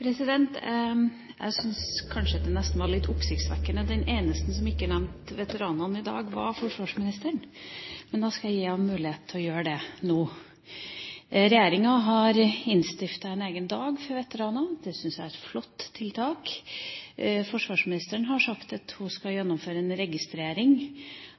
Jeg syns det nesten var litt oppsiktsvekkende at den eneste som ikke nevnte veteranene i dag, var forsvarsministeren. Men da skal jeg gi henne muligheten til å gjøre det nå. Regjeringa har innstiftet en egen dag for veteranene. Det syns jeg er et flott tiltak. Forsvarsministeren har sagt at hun skal gjennomføre en registrering